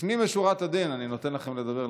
לפנים משורת הדין אני נותן לכם לדבר,